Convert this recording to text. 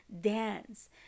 dance